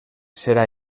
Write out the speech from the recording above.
serà